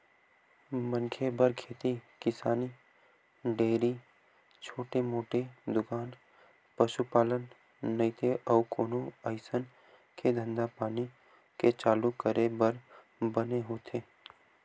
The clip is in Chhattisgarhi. मनखे बर खेती किसानी, डेयरी, छोटे मोटे दुकान, पसुपालन नइते अउ कोनो अइसन के धंधापानी के चालू करे बर बने होथे